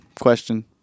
Question